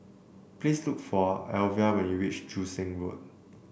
please look for Alvia when you reach Joo Seng Road